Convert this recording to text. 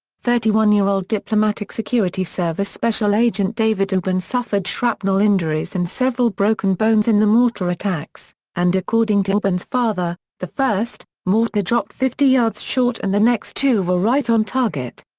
thirty one year old diplomatic security service special agent david ubben suffered shrapnel injuries and several broken bones in the mortar attacks, and according to ubben's father, the first dropped fifty yards short and the next two were right on target.